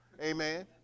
amen